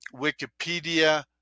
wikipedia